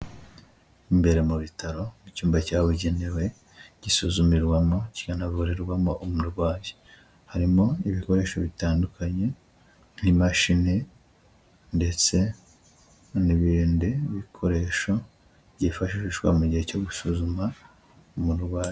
Imbere mu bitaro mu cyumba cyabugenewe gisuzumirwamo kinanaburirwamo umurwayi, harimo ibikoresho bitandukanye n'imashini ndetse n'ibindi bikoresho byifashishwa mu gihe cyo gusuzuma umuntu urwaye.